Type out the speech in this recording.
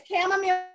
chamomile